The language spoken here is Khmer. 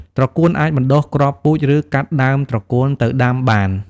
ត្រកួន អាចបណ្ដុះគ្រាប់ពូជ ឬកាត់ដើមត្រកួនទៅដាំបាន។